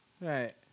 Right